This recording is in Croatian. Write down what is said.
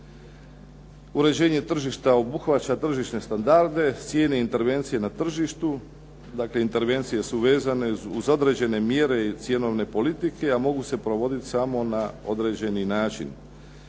Uređenje tržišta obuhvaća tržišne standarde, cijene intervencije na tržištu. Dakle intervencije su vezane uz određene mjere i cjenovne politike, a mogu se provoditi samo na određeni način.